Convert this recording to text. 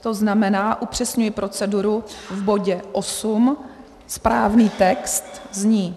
To znamená, upřesňuji proceduru, v bodě 8 správný text zní: